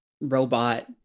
robot